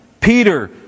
Peter